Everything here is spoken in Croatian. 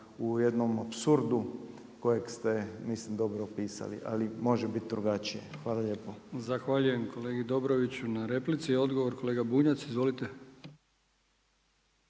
u jednom apsurdu kojeg ste mislim dobro opisali, ali može biti drugačije. Hvala lijepo. **Brkić, Milijan (HDZ)** Zahvaljujem kolegi Dobroviću na replici. Odgovor kolega Bunjac. Izvolite.